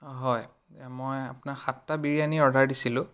হয় মই আপোনাৰ সাতটা বিৰিয়ানী অৰ্ডাৰ দিছিলোঁ